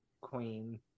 queen